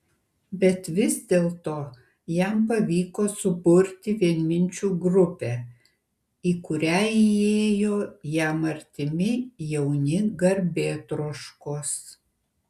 bet vis dėlto jam pavyko suburti vienminčių grupę į kurią įėjo jam artimi jauni garbėtroškos